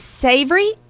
savory